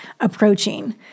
approaching